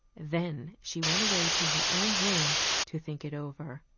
then she went away to her own room to think it over.